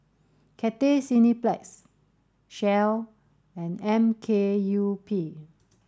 Cathay Cineplex Shell and M K U P